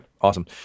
awesome